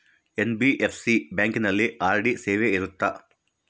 NBFC ಬ್ಯಾಂಕಿನಲ್ಲಿ RD ಸೇವೆ ಇರುತ್ತಾ?